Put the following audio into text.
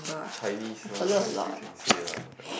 Chinese one I still can say ah but